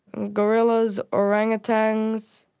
gorillas, orangutans,